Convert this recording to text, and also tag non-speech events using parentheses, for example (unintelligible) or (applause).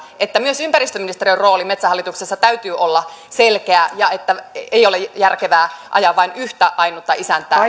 että myös ympäristöministeriön roolin metsähallituksessa täytyy olla selkeä ja että ei ole järkevää ajaa vain yhtä ainutta isäntää (unintelligible)